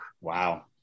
Wow